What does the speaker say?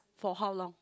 for how long